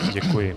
Děkuji.